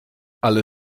ale